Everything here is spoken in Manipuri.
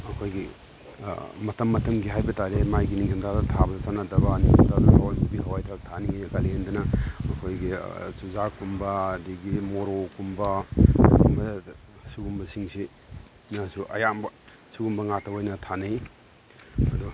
ꯑꯩꯈꯣꯏꯒꯤ ꯃꯇꯝ ꯃꯇꯝꯒꯤ ꯍꯥꯏꯕ ꯇꯥꯔꯦ ꯃꯥꯒꯤ ꯅꯤꯡꯊꯝ ꯊꯥꯗ ꯊꯥꯕ ꯆꯥꯟꯅꯗꯕ ꯍꯋꯥꯏ ꯃꯨꯕꯤ ꯍꯋꯥꯏ ꯊ꯭ꯔꯥꯛ ꯊꯥꯅꯤꯡꯏ ꯀꯥꯂꯦꯟꯗꯅ ꯑꯩꯈꯣꯏꯒꯤ ꯆꯨꯖꯥꯛꯀꯨꯝꯕ ꯑꯗꯒꯤ ꯃꯣꯔꯣꯛꯀꯨꯝꯕ ꯑꯁꯤꯒꯨꯝꯕꯁꯤꯡꯁꯤꯅꯁꯨ ꯑꯌꯥꯝꯕ ꯁꯤꯒꯨꯝꯕ ꯉꯥꯛꯇ ꯑꯣꯏꯅ ꯊꯥꯅꯩ ꯑꯗꯨ